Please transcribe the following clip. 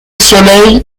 soleil